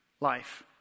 life